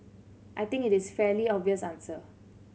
I think it is fairly obvious answer